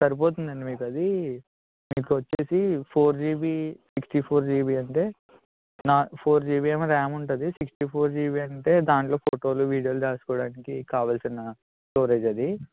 సరిపోతుంది అండి మీకు అది మీకు వచ్చి four GB sixty four GB అంటే నా ఫోర్ జీబి ఏమో ర్యామ్ ఉంటుంది సిక్స్టీ ఫోర్ జీబి అంటే దాంట్లో ఫోటోలు వీడియోలు దాచుకోవడానికి కావాల్సిన స్టోరేజ్ అది